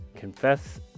Confess